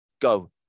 Go